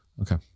Okay